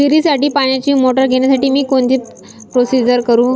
विहिरीसाठी पाण्याची मोटर घेण्यासाठी मी कोणती प्रोसिजर करु?